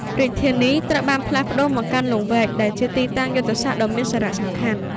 រាជធានីត្រូវបានផ្លាស់ប្តូរមកកាន់ លង្វែក ដែលជាទីតាំងយុទ្ធសាស្ត្រដ៏មានសារៈសំខាន់។